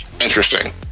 interesting